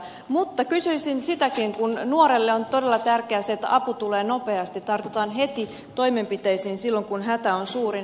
mutta kysyisin kun nuorelle on todella tärkeää se että apu tulee nopeasti tartutaan heti toimenpiteisiin silloin kun hätä on suurin